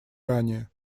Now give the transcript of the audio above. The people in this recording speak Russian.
ранее